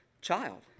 child